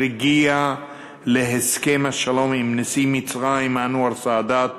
הגיע להסכם השלום עם נשיא מצרים אנואר סאדאת